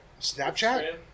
Snapchat